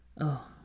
Oh